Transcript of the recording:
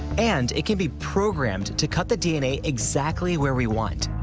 and, it can be programmed to cut the dna exactly where we want,